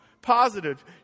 positive